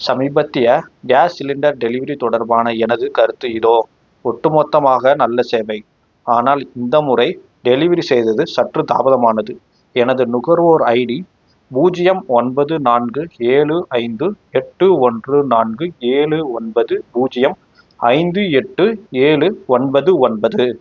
சமீபத்திய gas cylinder delivery தொடர்பான எனது கருத்து இதோ ஒட்டுமொத்தமாக நல்ல சேவை ஆனால் இந்த முறை டெலிவரி செய்தது சற்று தாமதமானது எனது நுகர்வோர் ஐடி பூஜ்ஜியம் ஒன்பது நான்கு ஏழு ஐந்து எட்டு ஒன்று நான்கு ஏழு ஒன்பது பூஜ்ஜியம் ஐந்து எட்டு ஏழு ஒன்பது ஒன்பது